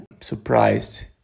surprised